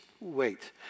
wait